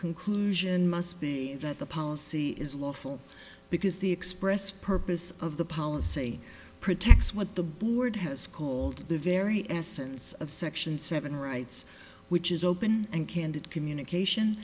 conclusion must be that the policy is lawful because the express purpose of the policy protects what the board has called the very essence of section seven rights which is open and candid communication